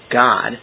God